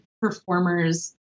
performers